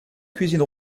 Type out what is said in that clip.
cuisine